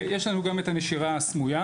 יש לנו גם את הנשירה הסמויה,